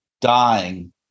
dying